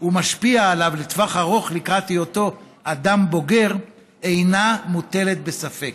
ומשפיע עליו לטווח ארוך לקראת היותו אדם בוגר אינה מוטלת בספק".